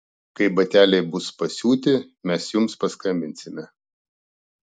kai bateliai bus pasiūti mes jums paskambinsime